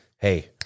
Hey